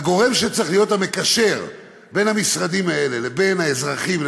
והגורם שצריך להיות המקשר בין המשרדים האלה לבין האזרחים,